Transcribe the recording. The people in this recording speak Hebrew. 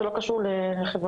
זה לא קשור לחברה.